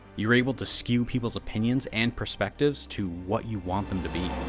you're able to skew people's opinions and perspectives to what you want them to be.